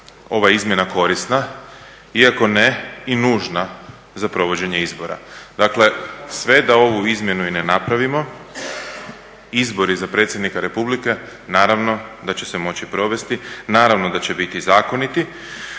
Ova izmjena je korisna, iako ne i nužna za provođenje izbora. Dakle, sve da ovu izmjenu i ne napravimo izbori za Predsjednika Republike naravno da će se moći provesti, naravno da će biti zakoniti.